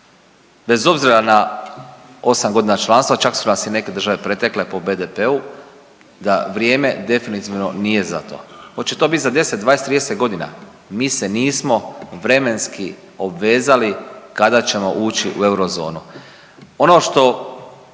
bez obzira na osam godina članstva čak su nas i neke države pretekle po BDP-u da vrijeme definitivno nije za to. Hoće to biti za 10, 20, 30 godina mi se nismo vremenski obvezali kada ćemo ući u eurozonu. Ono što